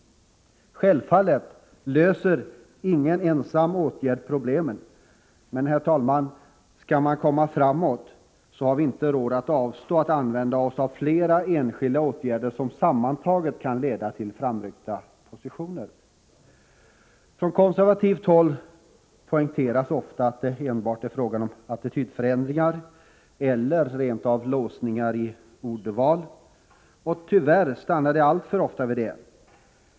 Självfallet löser ingen ensam åtgärd problemen. Men, herr talman, skall vi komma framåt har vi inte råd att avstå från att använda oss av flera enskilda åtgärder som sammantaget kan leda till framryckta positioner. Från konservativt håll poängteras ofta att det enbart är fråga om attitydförändringar eller rent av låsningar i ordval. Tyvärr stannar det alltför ofta vid detta.